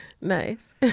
nice